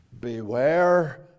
Beware